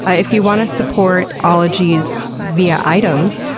if you wanna support ologies via items,